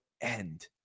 end